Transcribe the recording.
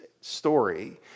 story